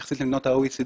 יחסית למדינות ה-OECD,